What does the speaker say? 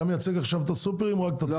אתה מייצג עכשיו את הסופרים או רק את עצמך?